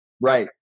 Right